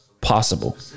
possible